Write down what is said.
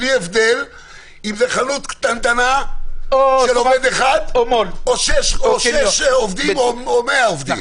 בלי הבדל אם זו חנות קטנטנה של עובד אחד או שישה עובדים או 100 עובדים.